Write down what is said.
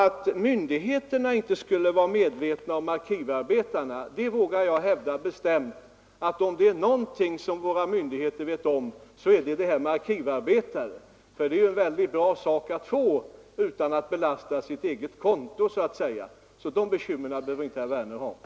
Att myndigheterna inte skulle vara medvetna om arkivarbetarna förefaller knappast troligt. Om det är någonting som våra myndigheter känner till så är det vad en arkivarbetare är. Det är ju något som är väldigt bra att få utan att man så att säga behöver belasta sitt eget konto. Så de bekymren behöver herr Werner inte ha.